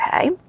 Okay